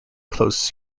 closed